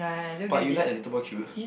but you like a little boy cute